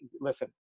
listen